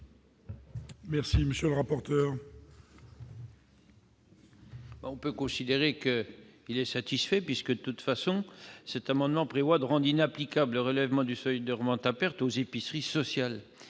terme, monsieur le rapporteur